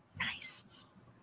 Nice